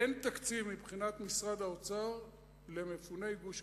אין תקציב מבחינת משרד האוצר למפוני גוש-קטיף.